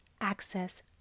access